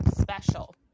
special